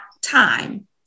time